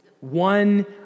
One